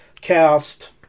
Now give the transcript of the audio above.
Cast